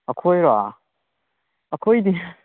ꯑꯩꯈꯣꯏꯔꯣ ꯑꯩꯈꯣꯏꯗꯤ